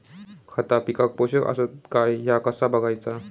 खता पिकाक पोषक आसत काय ह्या कसा बगायचा?